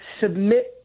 submit